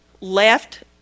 left